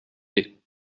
lait